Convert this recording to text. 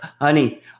honey